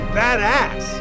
badass